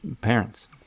parents